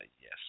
Yes